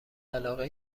علاقه